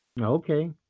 Okay